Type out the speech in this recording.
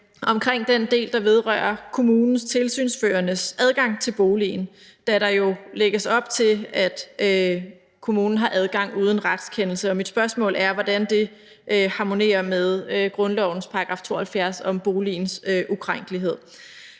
ved den del, der vedrører kommunens tilsynsførendes adgang til boligen, da der jo lægges op til, at kommunen har adgang uden retskendelse. Mit spørgsmål er, hvordan det harmonerer med grundlovens § 72 om boligens ukrænkelighed.